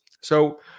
So-